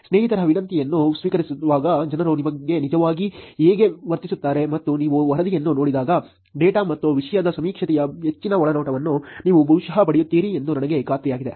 ಸ್ನೇಹಿತರ ವಿನಂತಿಯನ್ನು ಸ್ವೀಕರಿಸುವಾಗ ಜನರು ನಿಜವಾಗಿ ಹೇಗೆ ವರ್ತಿಸುತ್ತಾರೆ ಮತ್ತು ನೀವು ವರದಿಯನ್ನು ನೋಡಿದಾಗ ಡೇಟಾ ಮತ್ತು ವಿಷಯದ ಸಮೀಕ್ಷೆಯ ಹೆಚ್ಚಿನ ಒಳನೋಟಗಳನ್ನು ನೀವು ಬಹುಶಃ ಪಡೆಯುತ್ತೀರಿ ಎಂದು ನನಗೆ ಖಾತ್ರಿಯಿದೆ